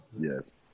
yes